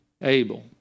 Abel